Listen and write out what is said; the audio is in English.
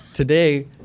Today